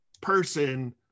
person